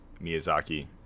Miyazaki